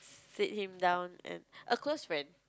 sit him down and a close friend